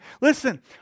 Listen